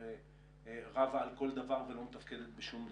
שהיא רבה על כל דבר ולא מתפקדת בשום דבר.